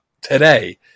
today